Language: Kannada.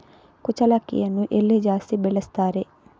ಕುಚ್ಚಲಕ್ಕಿಯನ್ನು ಎಲ್ಲಿ ಜಾಸ್ತಿ ಬೆಳೆಸ್ತಾರೆ?